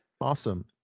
awesome